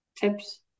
tips